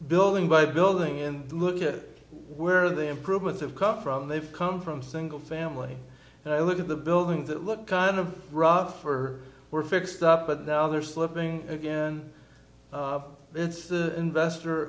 building by building in look at where they improve with have come from they've come from single family and i look at the building that looked kind of rough or were fixed up but now they're slipping again it's the investor